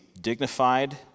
dignified